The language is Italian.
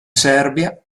serbia